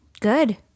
Good